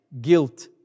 guilt